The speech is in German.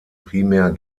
primär